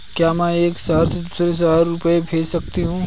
क्या मैं एक शहर से दूसरे शहर रुपये भेज सकती हूँ?